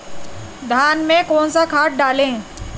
धान में कौन सा खाद डालें?